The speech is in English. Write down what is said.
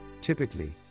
Typically